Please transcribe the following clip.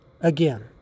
again